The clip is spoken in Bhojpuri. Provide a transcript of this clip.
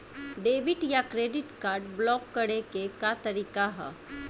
डेबिट या क्रेडिट कार्ड ब्लाक करे के का तरीका ह?